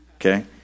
okay